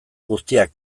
guztiak